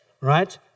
right